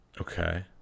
Okay